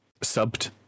subbed